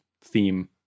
theme